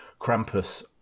Krampus